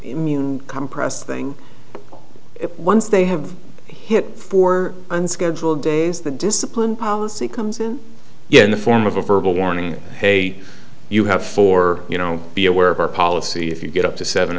compress thing if once they have hit four unscheduled days the discipline policy comes in in the form of a verbal warning hey you have four you know be aware of our policy if you get up to seven